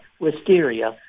wisteria